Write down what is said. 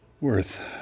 Worth